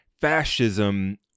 fascism